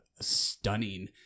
stunning